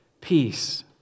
peace